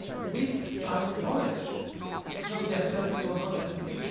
this kind of knowledge will be accessible not just to you